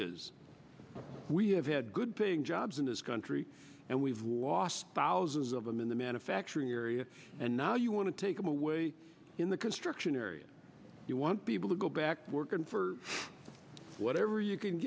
is we have had good paying jobs in this country and we've lost thousands of them in the manufacturing area and now you want to take them away in the construction area you won't be able to go back to work and for whatever you can